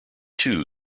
too